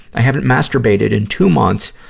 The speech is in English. i haven't masturbated in two months,